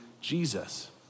Jesus